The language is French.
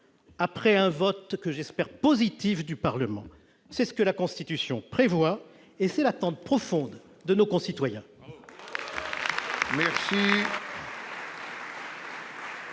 après le vote, que j'espère positif, du Parlement. C'est ce que la Constitution prévoit, et c'est l'attente profonde de nos concitoyens.